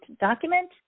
document